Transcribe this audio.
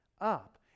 up